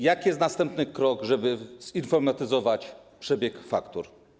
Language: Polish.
Jaki jest następny krok, żeby zinformatyzować obieg faktur?